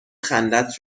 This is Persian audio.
خندت